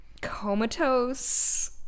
comatose